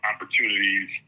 opportunities